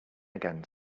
again